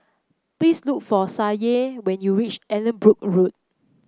please look for Sadye when you reach Allanbrooke Road